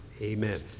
amen